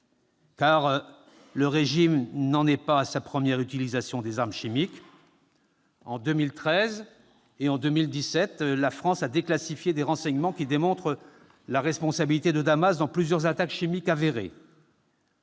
le régime n'en est pas à sa première utilisation des armes chimiques. En 2013 et en 2017, la France a déclassifié des renseignements qui démontrent la responsabilité de Damas dans plusieurs attaques chimiques avérées.